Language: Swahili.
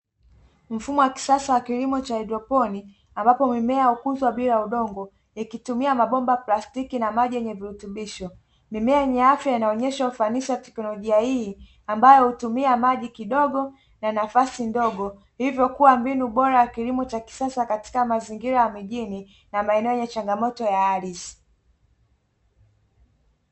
Mfumo wa kisasa wa kilimo cha haedroponi ambapo mimea hukuzwa bila udongo ikitumia mabomba ya plastiki na maji yenye virutubisho. Mimea yenye afya inaonyesha ufanisi wa teknolojia hii ambayo hutumia maji kidogo na nafasi ndogo, hivyo kuwa mbinu bora ya kilimo cha kisasa katika mazingira ya mijini na maeneo yenye changamoto ya ardhi.